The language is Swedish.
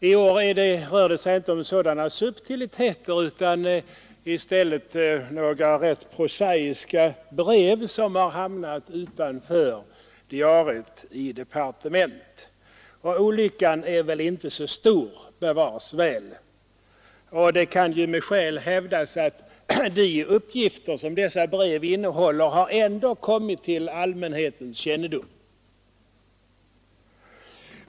I år rör det sig inte om sådana subtiliteter utan i stället om några rätt prosaiska brev som har hamnat utanför diariet i departementet. Olyckan är nog inte så stor, bevars väl. Det kan ju med skäl hävdas att de uppgifter, som dessa brev innehåller, ändå har kommit till allmänhetens kännedom.